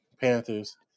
Panthers